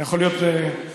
אתה יכול להיות מתורגמן,